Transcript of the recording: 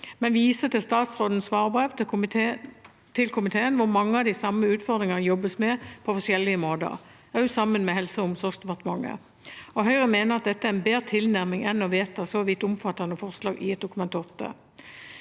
men viser til statsrådens svarbrev til komiteen, hvor mange av de samme utfordringene jobbes med på forskjellige måter, også sammen med Helse- og omsorgsdepartementet. Høyre mener dette er en bedre tilnærming enn å vedta så vidt omfattende forslag i et Dokument